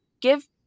give